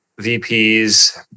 VPs